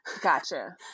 Gotcha